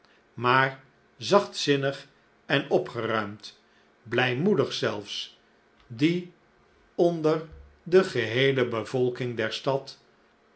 maar zachtzinnig en opgeruimd blijmoedig zelfs die onder de geheele bevolking der stad